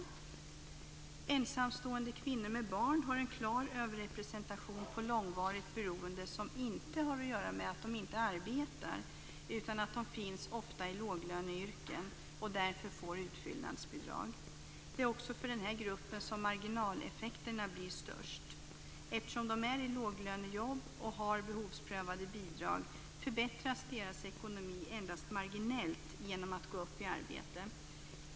Ensamstående kvinnor med barn är klart överrepresenterade vad gäller långvarigt beroende som inte har att göra med att de inte arbetar utan att de ofta finns i låglöneyrken och därför får utfyllnadsbidrag. Det är också för den här gruppen som marginaleffekterna blir störst. Eftersom de är i låglönejobb och har behovsprövade bidrag förbättras deras ekonomi endast marginellt genom att de får gå upp i arbete.